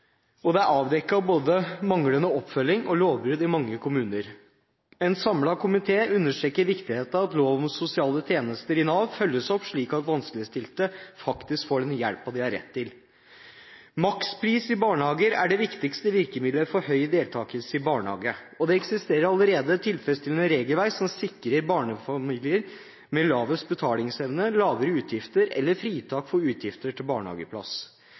og det er avdekket både manglende oppfølging og lovbrudd i mange kommuner. En samlet komité understreker viktigheten av at loven om sosiale tjenester i Nav følges opp, slik at vanskeligstilte faktisk får den hjelp de har rett til. Makspris i barnehager er det viktigste virkemiddelet for høy deltakelse i barnehage. Det eksisterer allerede et tilfredsstillende regelverk som sikrer barnefamilier med lavest betalingsevne, lavere utgifter eller fritak for utgifter til barnehageplass.